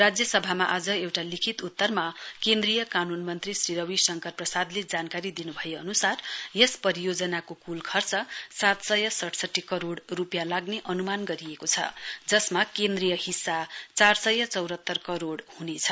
राज्यसभामा आज एउटा लिखित उत्तरमा केन्द्रीय कानुन मन्त्री श्री रवि शङ्कर प्रसादले जानकारी दिनु भए अनुसार यस परियोजनाको कुल खर्च सात सय सढ़सठी करोड़ रुपियाँ लाग्ने अनुमान गरिएको छ जसमा केन्द्रीय हिस्सा चार सय चौरात्तर करोड़ हुनेछ